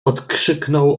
odkrzyknął